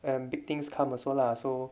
and big things come also lah so